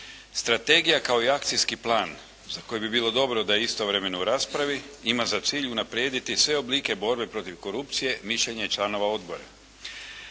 Strategija kao i akcijski plan za kojeg bi bilo dobro da je istovremeno u raspravi ima za cilj unaprijediti sve oblike borbe protiv korupcije mišljenje ja članova odbora.